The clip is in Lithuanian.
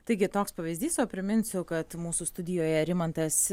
taigi toks pavyzdys o priminsiu kad mūsų studijoje rimantas